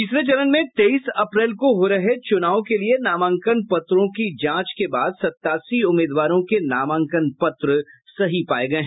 तीसरे चरण में तेईस अप्रैल को हो रहे चुनाव के लिए नामांकन पत्रों की जांच के बाद सत्तासी उम्मीदवारों के नामांकन पत्र सही पाये गये